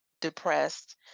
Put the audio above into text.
depressed